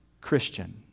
Christian